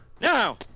Now